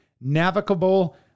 navigable